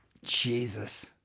Jesus